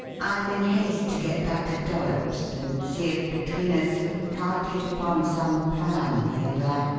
i'm in haste to get back to dollops and see if between us we can't hit upon some plan, he and,